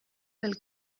pel